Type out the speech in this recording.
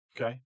Okay